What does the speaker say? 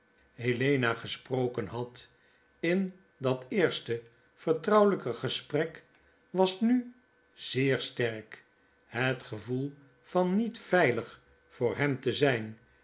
meer gesproken had in dat eerste vertrouwelyke gesprek was nuzeer sterk fhet gevoel van niet veilig voor hem te zijn